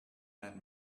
that